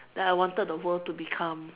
that I wanted the world to become